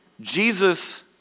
Jesus